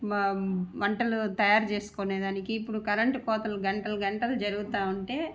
వ వంటలు తయారు చేసుకోవడానికి ఇప్పుడు కరెంటు కోతలు గంటలు గంటలు జరుగుతూ ఉంటే